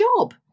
job